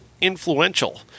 influential